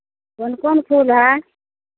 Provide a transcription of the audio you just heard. कौन कौन फूल है